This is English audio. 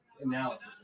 analysis